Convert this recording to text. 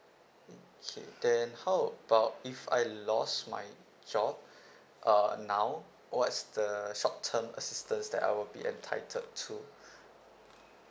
okay then how about if I lost my job uh now what's the short term assistance that I will be entitled to